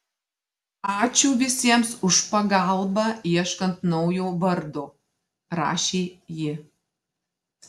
ačiū visiems už pagalbą ieškant naujo vardo rašė ji